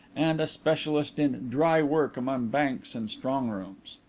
and a specialist in dry work among banks and strong-rooms.